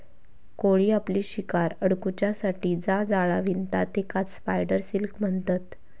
कोळी आपली शिकार अडकुच्यासाठी जा जाळा विणता तेकाच स्पायडर सिल्क म्हणतत